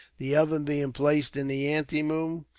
the oven being placed in the anteroom,